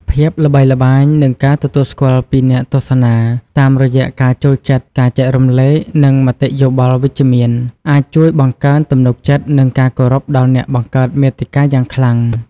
ភាពល្បីល្បាញ និងការទទួលស្គាល់ពីអ្នកទស្សនា តាមរយៈការចូលចិត្ត ការចែករំលែក និងមតិយោបល់វិជ្ជមាន អាចជួយបង្កើនទំនុកចិត្ត និងការគោរពដល់អ្នកបង្កើតមាតិកាយ៉ាងខ្លាំង។